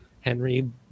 Henry